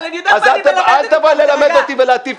אבל אני יודעת שאני מלמדת אותם.